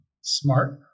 smart